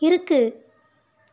இருக்குது